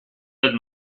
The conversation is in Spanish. del